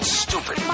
stupid